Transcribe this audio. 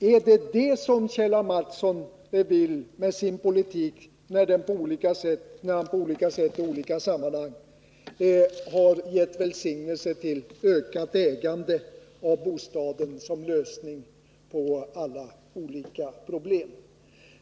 Är det det som Kjell A. Mattsson vill med sin politik, när han på olika sätt och i olika sammanhang ger sin välsignelse till ökat ägande av bostaden som en lösning på alla olika problem?